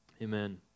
Amen